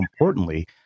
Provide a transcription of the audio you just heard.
importantly